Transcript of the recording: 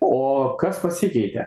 o kas pasikeitė